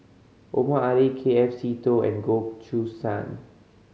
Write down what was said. Omar Ali K F Seetoh and Goh Choo San